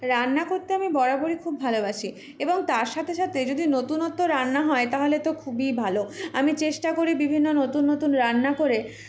রান্না করতে আমি বরাবরই খুব ভালোবাসি এবং তার সাথে সাথে যদি নতুনত্ব রান্না হয় তাহলে তো খুবই ভালো আমি চেষ্টা করি বিভিন্ন নতুন নতুন রান্না করে